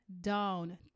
down